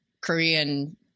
Korean